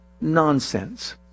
nonsense